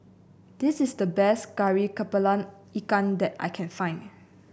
this is the best Kari kepala Ikan that I can find